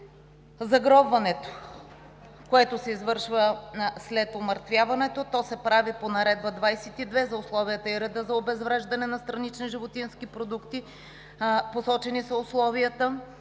Загробването, което се извършва след умъртвяването, се прави по Наредба № 22 за условията и реда за обезвреждане на странични животински продукти, посочени са условията.